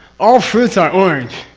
all fruits are orange.